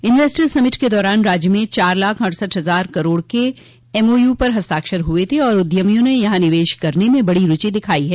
investor summit के दौरान राज्य में चार लाख अड़सठ हजार करोड़ के एमओयू पर हस्ताक्षर हुए थे और उद्यमियों ने यहां निवेश करने में बड़ी रूचि दिखाई है